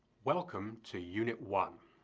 welcome to unit one,